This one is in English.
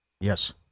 Yes